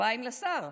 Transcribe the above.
כפיים לשר.